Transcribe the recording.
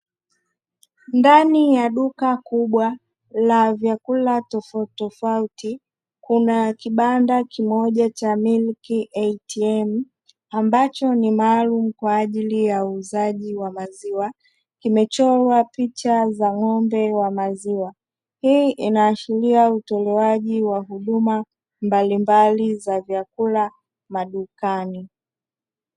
Ndani ya duka kubwa la vyakula tofauti tofauti kuna kibanda kimoja cha "Milky ATM" ambacho ni maalum kwa ajili ya uuzaji wa maziwa. Kimechorwa picha za ng'ombe wa maziwa. Hii inaashiria utolewaji wa huduma mbalimbali za vyakula madukani.